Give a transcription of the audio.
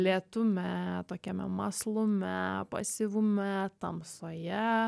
lėtume tokiame mąslume pasyvume tamsoje